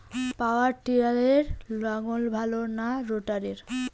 পাওয়ার টিলারে লাঙ্গল ভালো না রোটারের?